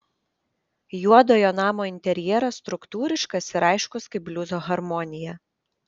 juodojo namo interjeras struktūriškas ir aiškus kaip bliuzo harmonija